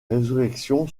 résurrection